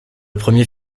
premier